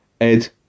Ed